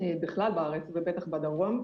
בכלל בארץ ובטח בדרום,